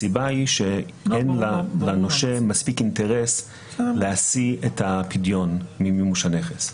הסיבה היא שאין לנושה מספיק אינטרס להשיא את הפדיון ממימוש הנכס.